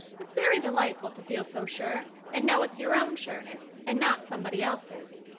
it's very delightful to feel so sure, and know it's your own sureness and not somebody else's.